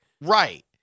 Right